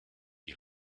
die